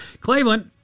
Cleveland